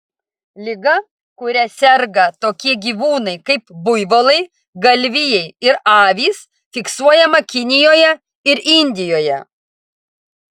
liga kuria serga tokie gyvūnai kaip buivolai galvijai ir avys fiksuojama kinijoje ir indijoje